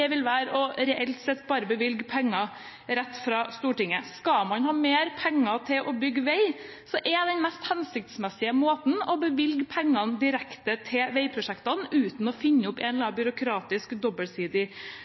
vil være bare å bevilge penger rett fra Stortinget. Skal man ha mer penger til å bygge vei for, er den mest hensiktsmessige måten å bevilge pengene direkte til veiprosjektene uten å finne opp en eller